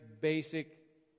basic